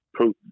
Putin